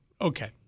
Okay